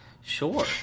Sure